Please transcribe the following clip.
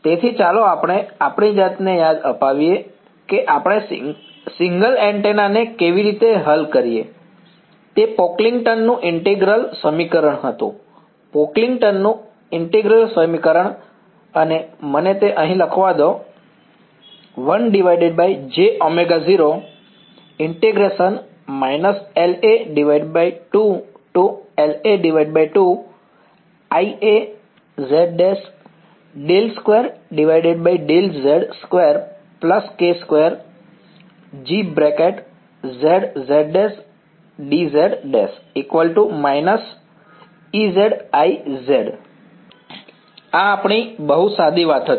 તેથી ચાલો આપણે આપણી જાતને યાદ અપાવીએ કે આપણે સિંગલ એન્ટેના ને કેવી રીતે હલ કરીએ તે પોકલિંગ્ટનનું ઈન્ટીગ્રલ Pocklington's integral સમીકરણ હતું પોકલિંગ્ટનનું ઈન્ટીગ્રલ સમીકરણ અને મને તે અહીં લખવા દો આ આપણી બહુ સાદી વાત હતી